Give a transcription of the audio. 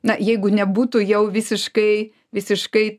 na jeigu nebūtų jau visiškai visiškai